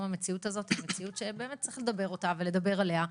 המציאות הזאת היא מציאות שצריך לדבר אותה ולדבר עליה,